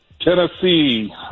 Tennessee